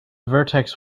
vertex